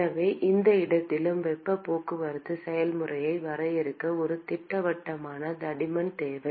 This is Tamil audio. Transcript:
எனவே எந்த இடத்திலும் வெப்பப் போக்குவரத்து செயல்முறையை வரையறுக்க ஒரு திட்டவட்டமான தடிமன் தேவை